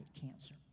cancer